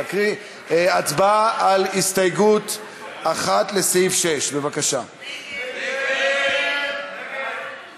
איציק שמולי, עמר בר-לב, יחיאל חיליק בר,